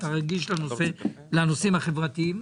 אתה רגיש לנושאים החברתיים.